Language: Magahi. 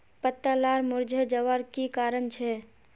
पत्ता लार मुरझे जवार की कारण छे?